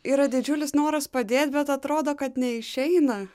yra didžiulis noras padėt bet atrodo kad neišeina